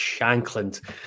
Shankland